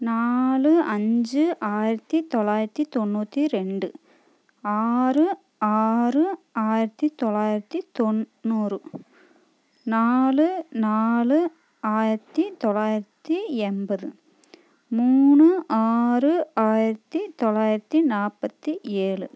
நாலு அஞ்சு ஆயிரத்து தொள்ளாயிரத்தி தொண்ணூற்றி ரெண்டு ஆறு ஆறு ஆயிரத்து தொள்ளாயிரத்தி தொண்ணூறு நாலு நாலு ஆயிரத்து தொள்ளாயிரத்தி எண்பது மூணு ஆறு ஆயிரத்து தொள்ளாயிரத்தி நாற்பத்தி ஏழு